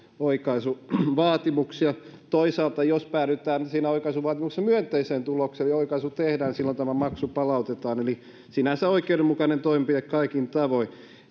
oikaisuvaatimuksia toisaalta jos päädytään siinä oikaisuvaatimuksessa myönteiseen tulokseen eli oikaisu tehdään silloin tämä maksu palautetaan eli sinänsä oikeudenmukainen toimenpide kaikin tavoin